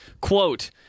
quote